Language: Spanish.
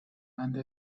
banda